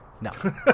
No